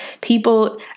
people